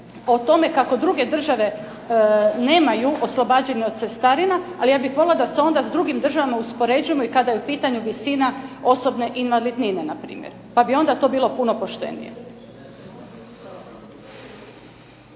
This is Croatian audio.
o tome kako druge države nemaju oslobađanje od cestarina, ali ja bih voljela da se onda s drugim državama uspoređujemo i kada je u pitanju visina osobne invalidnine npr. Pa bi onda to bilo puno poštenije.